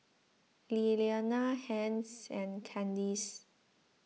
Lilianna Hence and Candyce